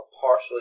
partially